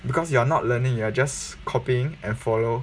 because you're not learning you are just copying and follow